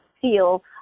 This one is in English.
feel